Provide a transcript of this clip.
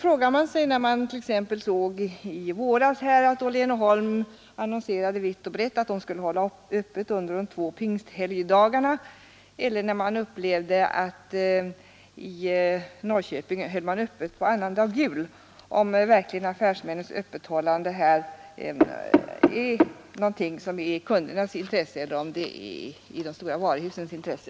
Men när t.ex. i våras Åhlén & Holm annonserade vitt och brett att de skulle hålla öppet under de två pingsthelgdagarna, eller när det i Norrköping hölls öppet på annandag jul, så frågar man sig om verkligen öppethållandet är i kundernas intresse eller i de stora varuhusens intresse.